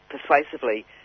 persuasively